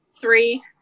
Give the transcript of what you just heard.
Three